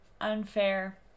unfair